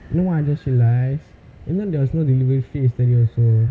you know what I just realised you know there was no delivery fees yesterday also